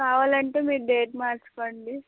కావాలంటే మీరు డేట్ మార్చుకోండి